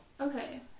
Okay